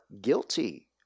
guilty